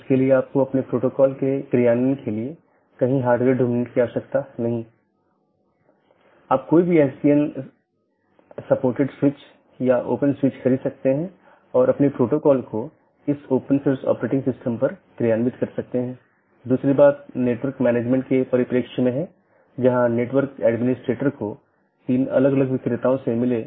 जैसे मैं कहता हूं कि मुझे वीडियो स्ट्रीमिंग का ट्रैफ़िक मिलता है या किसी विशेष प्रकार का ट्रैफ़िक मिलता है तो इसे किसी विशेष पथ के माध्यम से कॉन्फ़िगर या चैनल किया जाना चाहिए